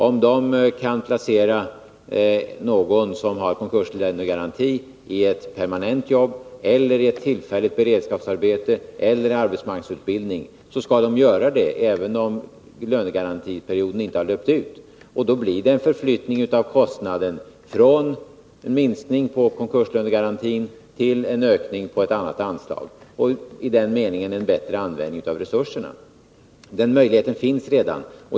Om förmedlingen kan placera någon som har konkurslönegaranti i ett permanent jobb, i ett tillfälligt beredskapsarbete eller i arbetsmarknadsutbildning, så skall den göra det, även om lönegarantiperioden inte har löpt ut. Då blir det en förflyttning av kostnaden i form av en minskning av konkurslönegarantin och en ökning av ett annat anslag och i den meningen en bättre användning av resurserna. Den möjligheten finns redan.